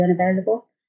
unavailable